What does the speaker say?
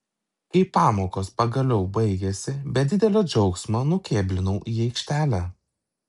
kai pamokos pagaliau baigėsi be didelio džiaugsmo nukėblinau į aikštelę